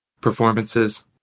performances